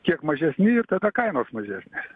kiek mažesni ir tada kainos mažesnės